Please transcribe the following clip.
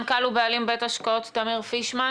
מנכ"ל ובעלים בית השקעות תמיר-פישמן,